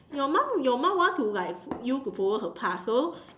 your mum your mum want to like you to follow her path so